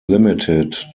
limited